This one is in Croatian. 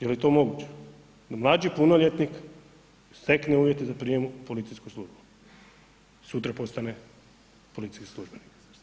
Je li to moguće da mlađi punoljetnik stekne uvjete za prijem u policijsku službu i sutra postane policijski službenik?